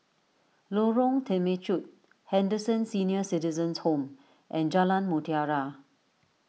Lorong Temechut Henderson Senior Citizens' Home and Jalan Mutiara